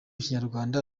kinyarwanda